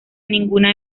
ninguna